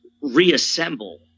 reassemble